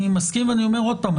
אני מסכים ואני אומר עוד פעם,